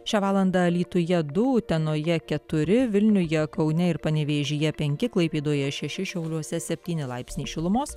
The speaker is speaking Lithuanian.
šią valandą alytuje du utenoje keturi vilniuje kaune ir panevėžyje penki klaipėdoje šeši šiauliuose septyni laipsniai šilumos